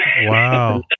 Wow